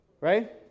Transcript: right